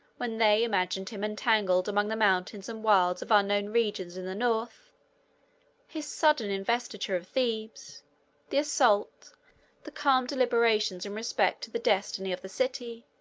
when they imagined him entangled among the mountains and wilds of unknown regions in the north his sudden investiture of thebes the assault the calm deliberations in respect to the destiny of the city,